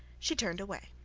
she turned away.